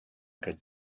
cas